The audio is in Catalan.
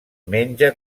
menja